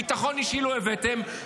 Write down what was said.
ביטחון אישי לא הבאתם.